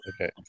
Okay